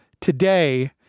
today